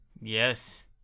Yes